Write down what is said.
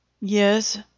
Yes